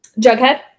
Jughead